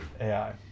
AI